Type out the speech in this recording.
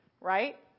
right